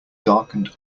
darkened